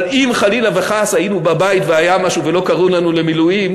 אבל אם חלילה וחס היינו בבית והיה משהו ולא קראו לנו למילואים,